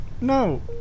No